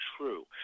true